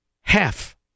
half